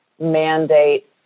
mandate